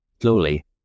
Slowly